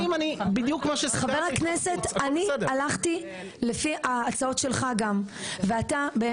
אני הלכתי לפי ההצעות שלך גם ואתה,